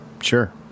Sure